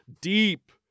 deep